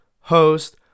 host